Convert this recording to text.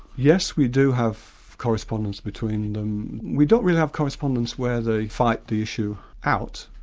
yes we do have correspondence between them. we don't really have correspondence where they fight the issue out,